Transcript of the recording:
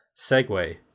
segue